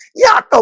yeah ah